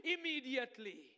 immediately